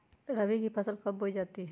रबी की फसल कब बोई जाती है?